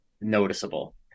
noticeable